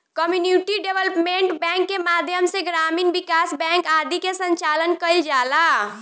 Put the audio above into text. community development bank के माध्यम से ग्रामीण विकास बैंक आदि के संचालन कईल जाला